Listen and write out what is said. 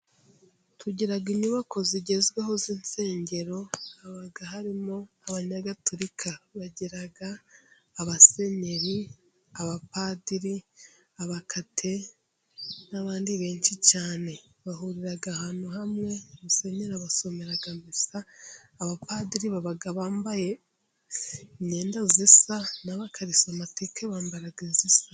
Tugira inyubako zigezweho z'insengero, haba harimo abanyagatulika bagira abasenyeri, abapadiri, abakate n'abandi benshi cyane, bahurira ahantu hamwe, musenyeri abasomera misa, abapadiri baba bambaye imyenda isa n'abakarisomatike bambara isa.